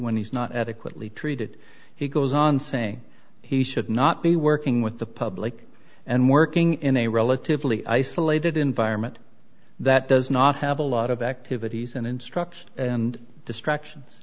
when he's not adequately treated he goes on saying he should not be working with the public and working in a relatively isolated environment that does not have a lot of activities and instruction and distractions